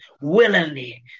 Willingly